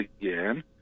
again